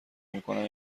میکنند